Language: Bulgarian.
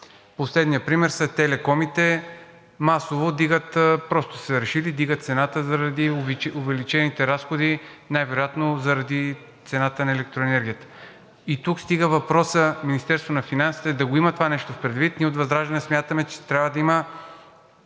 Последният пример са телекомите – масово вдигат, просто са решили – вдигат цената заради увеличените разходи, най-вероятно заради цената на електроенергията. И тук стигаме до въпроса – Министерството на финансите да го има това нещо предвид. Ние от ВЪЗРАЖДАНЕ смятаме, че трябва да има